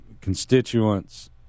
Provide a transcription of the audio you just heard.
constituents